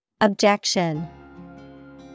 Objection